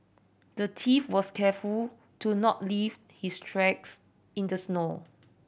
the thief was careful to not leave his tracks in the snow